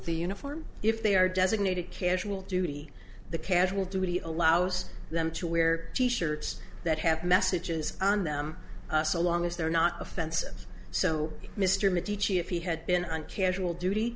the uniform if they are designated casual duty the casual duty allows them to wear t shirts that have messages on them so long as they're not offensive so mr mitchy if he had been on casual duty